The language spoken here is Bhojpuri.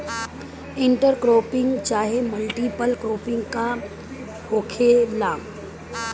इंटर क्रोपिंग चाहे मल्टीपल क्रोपिंग का होखेला?